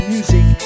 Music